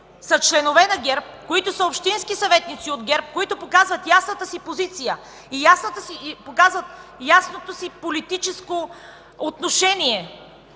са членове на ГЕРБ, общински съветници от ГЕРБ, които показват ясната си позиция и ясното си политическо отношение,